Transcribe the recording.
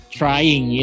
trying